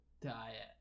diet